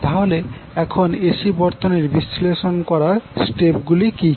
তাহলে এখন এসি বর্তনী বিশ্লেষণ করার স্টেপ গুলি কি কি